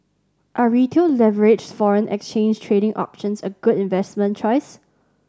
are Retail leveraged foreign exchange trading options a good investment choice